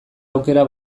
aukera